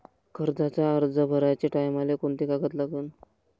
कर्जाचा अर्ज भराचे टायमाले कोंते कागद लागन?